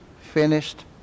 finished